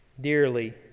dearly